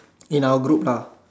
in our group lah